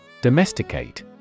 Domesticate